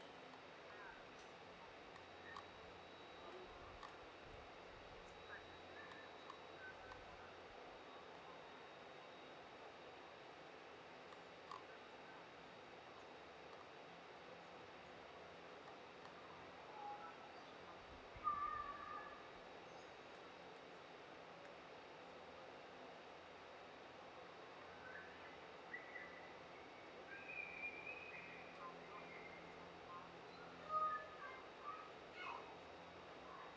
uh